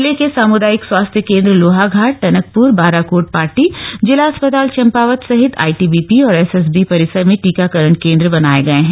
जिले के सम्दायिक स्वास्थ्य केंद्र लोहाघाट टनकप्र बाराकोट पाटी जिला अस्पताल चम्पावत सहित आईटीबीपी और एस एस बी परिसर में टीकाकरण केंद्र बनाए गए हैं